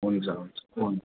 हुन्छ हुन्छ हुन्छ